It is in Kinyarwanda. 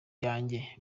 yanjye